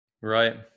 Right